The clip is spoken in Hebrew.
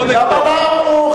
לא נגדו.